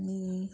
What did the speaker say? आनी